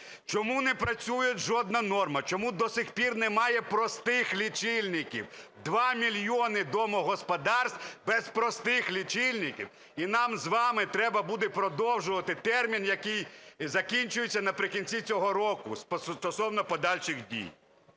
чому не працює жодна норма, чому до сих пір немає простих лічильників. Два мільйони домогосподарств без простих лічильників і нам з вами треба буде продовжувати термін, який закінчується наприкінці цього року. Стосовно подальших дій.